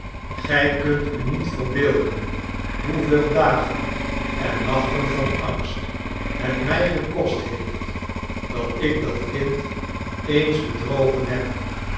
gij kunt u niet verbeelden hoeveel dagen en nachten van angst het mij gekost heeft dat ik dat kind eens bedrogen heb